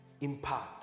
impart